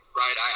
right